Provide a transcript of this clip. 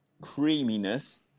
Creaminess